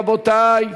רבותי.